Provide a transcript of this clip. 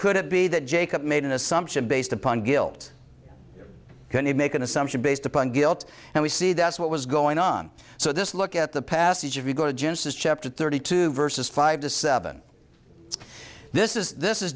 could it be that jacob made an assumption based upon guilt can he make an assumption based upon guilt and we see that's what was going on so this look at the passage of you go to genesis chapter thirty two verses five to seven this is this is